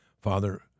Father